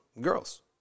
girls